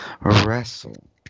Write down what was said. Wrestle